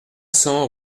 cents